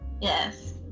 Yes